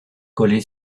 collée